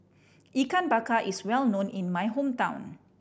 Ikan Bakar is well known in my hometown